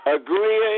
agreeing